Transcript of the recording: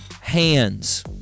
hands